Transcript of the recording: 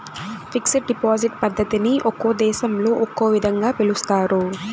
fixed deposit పద్ధతిని ఒక్కో దేశంలో ఒక్కో విధంగా పిలుస్తారు